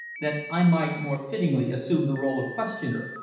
that i might more fittingly assume the role of questioner.